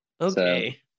okay